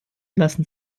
lassen